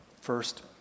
first